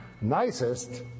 nicest